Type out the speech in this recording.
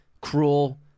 cruel